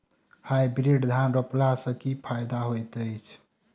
Hybrid धान रोपला सँ की फायदा होइत अछि?